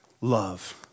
Love